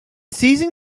seizing